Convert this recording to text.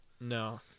No